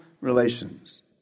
relations